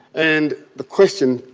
and the question,